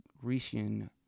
Grecian